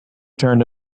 turned